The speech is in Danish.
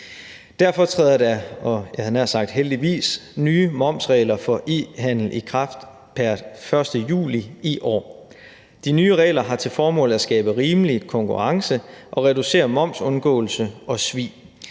heldigvis – nye momsregler for e-handel i kraft pr. 1. juli i år. De nye regler har til formål at skabe rimelig konkurrence og reducere momsundgåelse og svig.